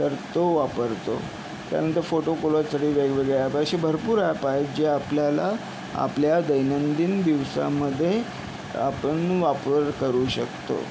तर तो वापरतो त्यानंतर फोटो कोलाज सारखे वेगवेगळे ॲप असे भरपूर ॲप आहेत जे आपल्याला आपल्या दैनंदिन दिवसामध्ये आपण वापर करू शकतो